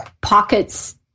pockets